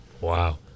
Wow